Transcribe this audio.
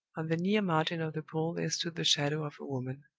on the near margin of the pool there stood the shadow of a woman.